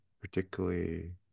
particularly